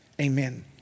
Amen